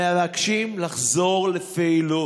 מבקשים לחזור לפעילות.